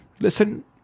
Listen